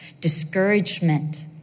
discouragement